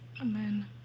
Amen